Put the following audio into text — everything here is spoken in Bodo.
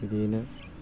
बिदियैनो